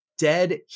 Dead